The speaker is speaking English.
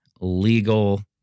legal